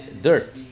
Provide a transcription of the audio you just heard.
dirt